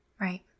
right